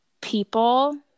people